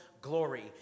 glory